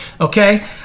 okay